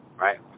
right